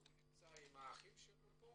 הוא נמצא עם ארבעת האחים שלו פה,